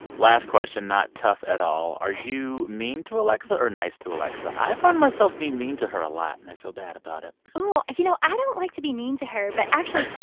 last question not tough at all. are you mean to alexa, or nice to alexa? i find myself being mean to her a lot, and i feel bad about it oh. you know, i don't like to be mean to her. but actually,